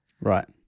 Right